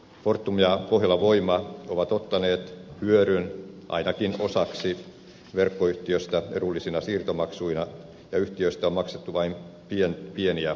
fortum ja pohjolan voima ovat ottaneet ainakin osaksi hyödyn verkkoyhtiöstä edullisina siirtomaksuina ja yhtiöstä on maksettu vain pieniä osinkoja